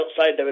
outside